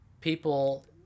people